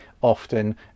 often